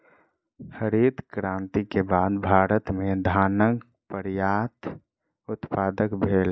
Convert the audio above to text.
हरित क्रांति के बाद भारत में धानक पर्यात उत्पादन भेल